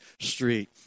Street